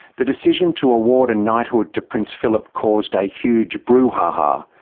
the decision to award a knighthood to prince philip caused a huge brouhaha,